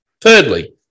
Thirdly